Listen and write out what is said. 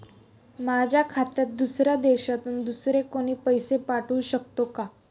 माझ्या खात्यात दुसऱ्या देशातून दुसरे कोणी पैसे पाठवू शकतो का?